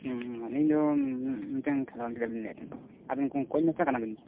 ᱤᱧ ᱫᱚ ᱢᱤᱫᱴᱮᱱ ᱠᱷᱮᱞᱣᱟᱲ ᱜᱤᱫᱽᱨᱟᱹᱧ ᱞᱟᱹᱭᱮᱫ ᱛᱟᱦᱮᱱᱟ ᱟᱵᱮᱱ ᱠᱳᱡᱽ ᱢᱟᱥᱴᱟᱨ ᱠᱟᱱᱟ ᱵᱮᱱ